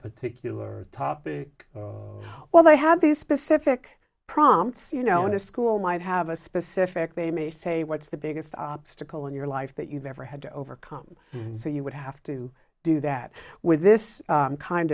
particular topic well they have these specific prompts you know in a school might have a specific they may say what's the biggest obstacle in your life that you've ever had to overcome so you would have to do that with this kind